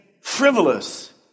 frivolous